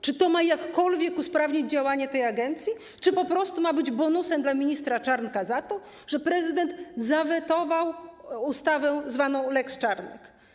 Czy to jakkolwiek ma usprawnić działanie tej agencji, czy ma być bonusem dla ministra Czarnka za to, że prezydent zawetował ustawę zwaną lex Czarnek.